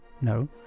no